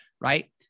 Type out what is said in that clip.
right